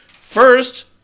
first